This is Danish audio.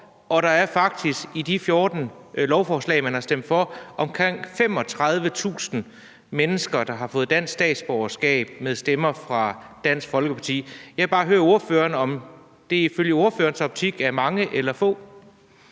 og der er faktisk i de 14 lovforslag, man har stemt for, omkring 35.000 mennesker, der har fået dansk statsborgerskab med stemmer fra Dansk Folkeparti. Jeg vil bare høre ordføreren, om det i ordførerens optik er mange eller få.